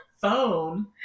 phone